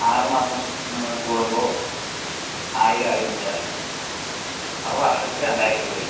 ആറ് മാസം കൂടുമ്പോൾ ആയിരം ആയിരം വെച്ച് അടക്കണം അപ്പോൾ വർഷത്തിൽ രണ്ടായിരം രൂപ വരും